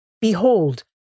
Behold